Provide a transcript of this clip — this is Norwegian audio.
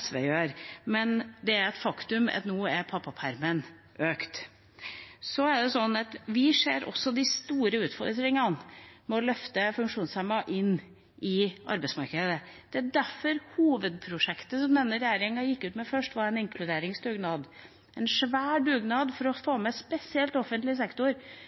SV gjorde, men det er et faktum at nå er pappapermen økt. Vi ser også de store utfordringene med å løfte funksjonshemmede inn i arbeidsmarkedet. Det var derfor hovedprosjektet som denne regjeringen gikk ut med først, var en inkluderingsdugnad, en svær dugnad for å få spesielt offentlig sektor,